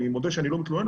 אני מודה שאני לא מתלונן,